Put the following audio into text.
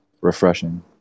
refreshing